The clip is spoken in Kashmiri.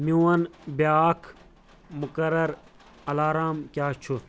میون بیاکھ مقررٕ الارام کیا چھُ ؟